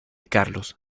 carlos